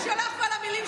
תודה רבה.